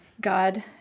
God